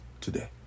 today